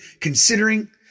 Considering